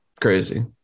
crazy